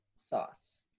sauce